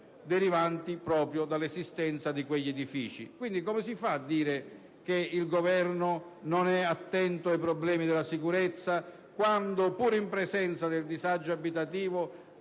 derivanti proprio dall'esistenza di quegli edifici. Come si fa a dire pertanto che il Governo non è attento ai problemi della sicurezza quando, pur in presenza del disagio abitativo,